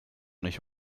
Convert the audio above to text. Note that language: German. nicht